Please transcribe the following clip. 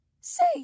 Say